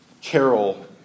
Carol